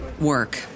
work